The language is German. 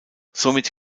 somit